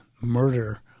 murder